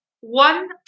one